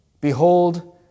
behold